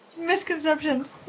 misconceptions